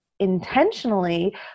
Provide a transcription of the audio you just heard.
intentionally